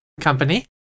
company